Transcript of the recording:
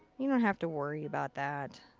you don't have to worry about that.